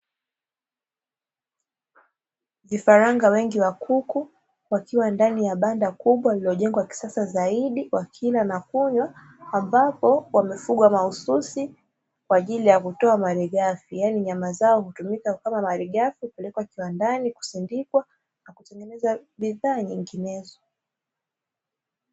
Vifaranga wengi wa kuku wakiwa ndani ya banda kubwa lililojengwa kisasa zaidi wakila na kunywa, ambapo wamefugwa mahusisi kwa ajili ya kutoa malighafi yaani nyama zao hutumika kama malighafi hupelekwa kiwandani, kusindikwa na kutengeneza bidhaa nyinginezo.